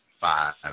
five